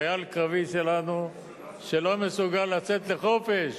חייל קרבי שלנו שלא מסוגל לצאת לחופש